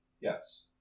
Yes